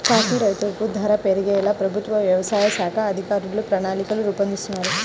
coffee రైతులకు ధర పెరిగేలా ప్రభుత్వ వ్యవసాయ శాఖ అధికారులు ప్రణాళికలు రూపొందిస్తున్నారు